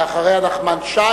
ואחריה, חבר הכנסת נחמן שי.